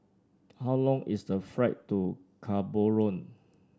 how long is the flight to Gaborone